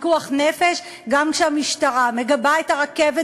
פיקוח נפש זה גם כשהמשטרה מגבה את הרכבת